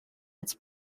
its